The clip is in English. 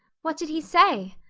what did he say?